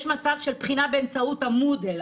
יש מצב של בחינה באמצעות Moodle,